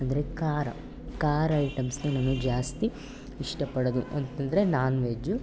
ಅಂದರೆ ಖಾರ ಖಾರ ಐಟೆಮ್ಸ್ನೇ ನಾನು ಜಾಸ್ತಿ ಇಷ್ಟಪಡೋದು ಅಂತಂದರೆ ನಾನ್ ವೆಜ್ಜು